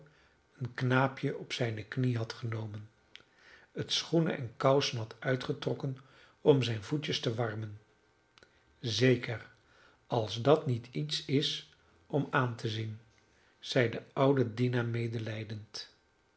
een knaapje op zijne knie had genomen het schoenen en kousen had uitgetrokken om zijn voetjes te warmen zeker als dat niet iets is om aan te zien zeide de oude dina